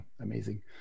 amazing